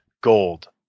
gold